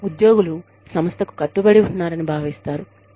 ఉద్యోగులు సంస్థకు కట్టుబడి ఉన్నారని భావిస్తారు